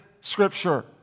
Scripture